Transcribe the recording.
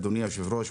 אדוני היושב-ראש,